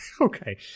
okay